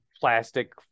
plastic